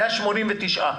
על 189 מפעלים.